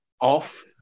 off